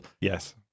Yes